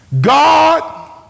God